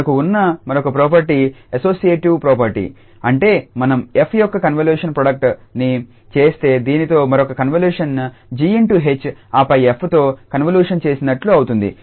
మనకు ఉన్న మరొక ప్రోపర్టీ అసోసియేటివ్ ప్రాపర్టీ అంటే మనం 𝑓 యొక్క కన్వల్యూషన్ ప్రోడక్ట్ ని చేస్తే దీనితో మరొక కన్వల్యూషన్ 𝑔∗ℎ ఆపై 𝑓 తో కన్వల్యూషన్ చేసినట్లు అవుతుంది